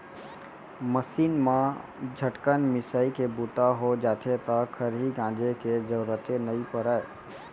machine म झटकन मिंसाइ के बूता हो जाथे त खरही गांजे के जरूरते नइ परय